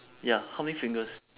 ya how many fingers